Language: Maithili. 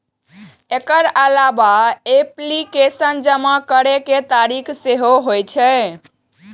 एकर अलावा एप्लीकेशन जमा करै के तारीख सेहो चाही